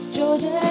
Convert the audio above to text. Georgia